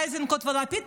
איזנקוט ולפיד,